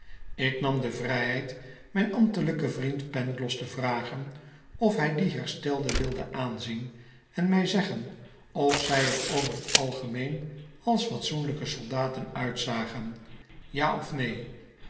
ik nam de vrijheid mijn ambtchjken vriend pangloss te vragen of hij die herstelden wilde aanzien en mij zeggen of zij er over t algemeen als fatsoenlijke soldaten uitzagen ja of neen